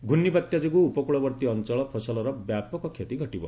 ଘୂର୍ଷିବାତ୍ୟା ଯୋଗୁଁ ଉପକୂଳବର୍ତ୍ତୀ ଅଞ୍ଚଳ ଫସଲର ବ୍ୟାପକ କ୍ଷତି ଘଟିବ